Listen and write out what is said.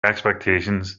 expectations